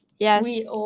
Yes